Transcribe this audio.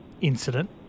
incident